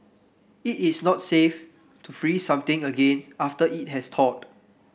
it is not safe to freeze something again after it has thawed